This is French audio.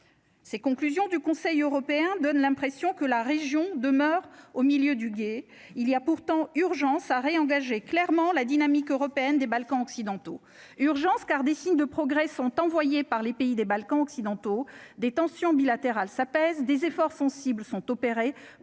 Ces conclusions du Conseil européen, donne l'impression que la région demeure au milieu du gué il y a pourtant urgence a réengagé clairement la dynamique européenne des Balkans occidentaux urgence car des signes de progrès sont envoyés par les pays des Balkans occidentaux des tensions bilatérales s'apaise, des efforts sont cibles sont opérés,